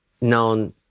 known